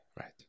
right